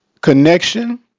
connection